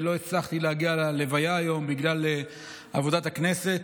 לא הצלחתי להגיע ללוויה היום בגלל עבודת הכנסת.